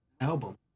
album